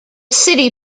city